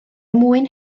mwyn